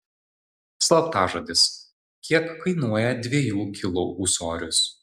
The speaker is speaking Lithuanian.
slaptažodis kiek kainuoja dviejų kilų ūsorius